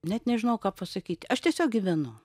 net nežinau ką pasakyt aš tiesiog gyvenu